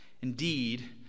Indeed